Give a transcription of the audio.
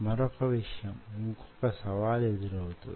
మరొక విషయం ఇంకొక సవాలు ఎదురవుతుంది